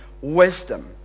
wisdom